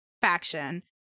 faction